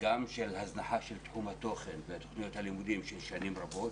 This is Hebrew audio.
הזנחה של תחום התוכן ותוכניות הלימודים של שנים רבות.